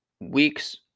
weeks